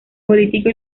político